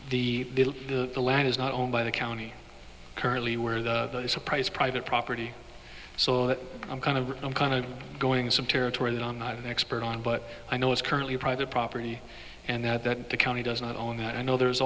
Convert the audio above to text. the the land is not owned by the county currently where the price private property so i'm kind of i'm kind of going some territory that i'm not an expert on but i know it's currently a private property and that that the county does not own that i know there's